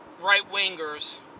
right-wingers